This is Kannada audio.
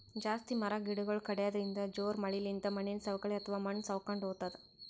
ಜಾಸ್ತಿ ಮರ ಗಿಡಗೊಳ್ ಕಡ್ಯದ್ರಿನ್ದ, ಜೋರ್ ಮಳಿಲಿಂತ್ ಮಣ್ಣಿನ್ ಸವಕಳಿ ಅಥವಾ ಮಣ್ಣ್ ಸವಕೊಂಡ್ ಹೊತದ್